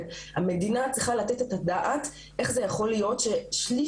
המדינה צריכה לתת את הדעת איך זה יכול להיות ששליש